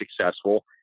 successful